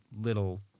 little